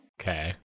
Okay